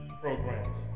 programs